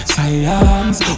Science